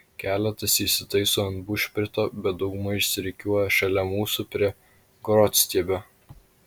keletas įsitaiso ant bušprito bet dauguma išsirikiuoja šalia mūsų prie grotstiebio